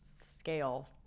scale